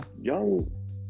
young